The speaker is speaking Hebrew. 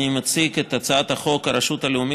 אני מציג את הצעת חוק הרשות הלאומית